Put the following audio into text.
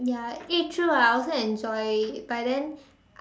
ya eh true ah I also enjoy it but then